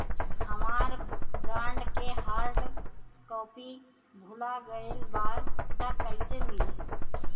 हमार बॉन्ड के hard copy भुला गएलबा त कैसे मिली?